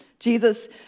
Jesus